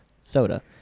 Soda